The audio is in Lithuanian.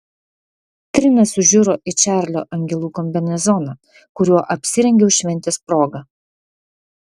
trina sužiuro į čarlio angelų kombinezoną kuriuo apsirengiau šventės proga